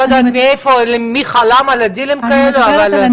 אם יש